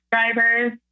subscribers